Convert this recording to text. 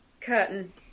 Curtain